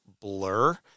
blur